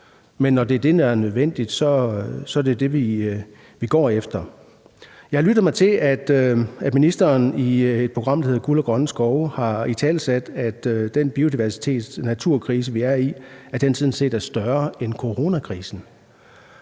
er det, der er nødvendigt, er det det, vi går efter. Jeg har lyttet mig til, at ministeren i et radioprogram, der hedder »Guld og grønne skove«, har italesat, at den biodiversitetsnaturkrise, vi er i, sådan set er større end coronakrisen.